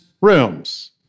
rooms